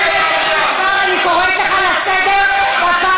שבהן הוא קרא לראש הממשלה משוגע, ליצן חצר.